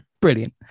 brilliant